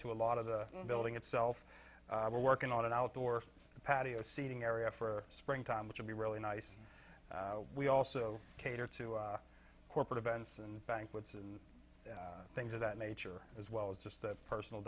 to a lot of the building itself we're working on an outdoor patio seating area for springtime which would be really nice we also cater to corporate events and banquets and things of that nature as well as just personal